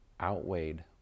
outweighed